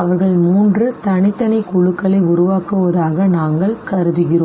அவர்கள் மூன்று தனித்தனி குழுக்களை உருவாக்குவதாக நாங்கள் கருதுகிறோம்